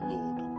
Lord